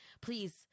please